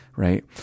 Right